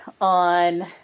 on